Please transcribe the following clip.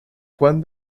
juan